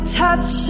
touch